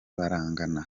barangana